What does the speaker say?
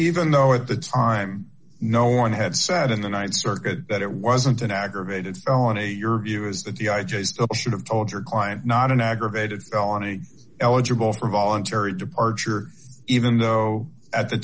even though at the time no one had said in the th circuit that it wasn't an aggravated felony your view is that the should have told your client not an aggravated felony eligible for voluntary departure even though at the